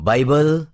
Bible